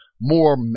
more